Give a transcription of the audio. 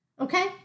Okay